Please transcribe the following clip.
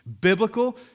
biblical